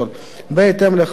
בהתאם לחלוקה זו,